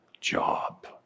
job